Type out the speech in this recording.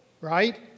right